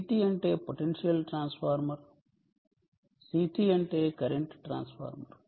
PT అంటే potential transformer CT అంటే current transformer